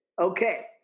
Okay